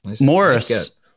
Morris